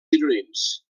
gironins